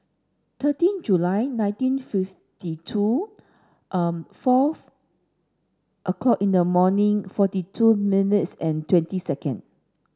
thirteen July nineteen fifty two fourth o'clock in the morning forty two minutes and twenty second